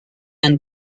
and